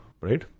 Right